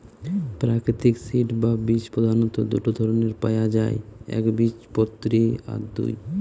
প্রাকৃতিক সিড বা বীজ প্রধাণত দুটো ধরণের পায়া যায় একবীজপত্রী আর দুই